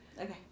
Okay